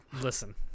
Listen